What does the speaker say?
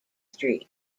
street